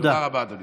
תודה רבה, אדוני.